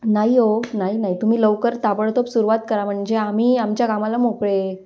नाही ओ नाही नाही तुम्ही लवकर ताबडतोब सुरुवात करा म्हणजे आम्ही आमच्या कामाला मोकळे